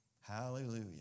Hallelujah